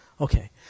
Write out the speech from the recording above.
Okay